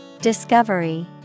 Discovery